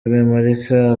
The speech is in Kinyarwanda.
rwemarika